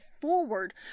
forward